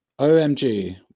OMG